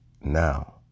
Now